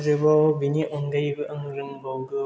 आरोबाव बेनि अनगायैबो आं रोंबावगौ